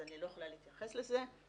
אז אני לא יכולה להתייחס לזה,